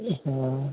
उहँ